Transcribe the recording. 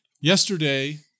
yesterday